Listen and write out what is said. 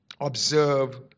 observe